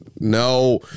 No